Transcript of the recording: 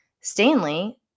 Stanley